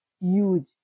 huge